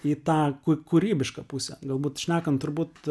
į tą ku kūrybišką pusę galbūt šnekant turbūt